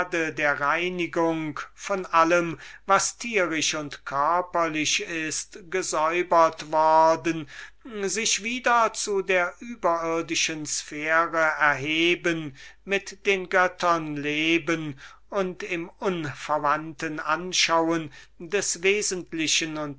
der reinigung von allem was tierisch und körperlich ist gesäubert worden sich wieder zu der überirdischen sphäre erheben mit den göttern leben und im unverwandten anschauen des wesentlichen